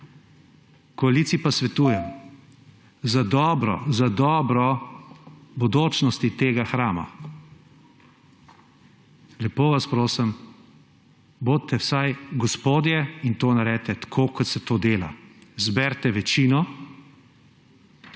Koaliciji pa svetujem, da za dobro bodočnosti tega hrama, lepo vas prosim, bodite vsaj gospodje, in to naredite tako, kot se to dela – zberite večino.